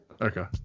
Okay